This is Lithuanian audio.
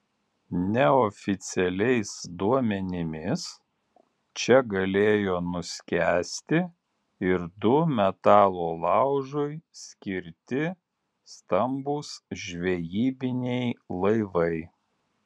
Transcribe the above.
neoficialiais duomenimis čia galėjo nuskęsti ir du metalo laužui skirti stambūs žvejybiniai laivai